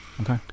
Okay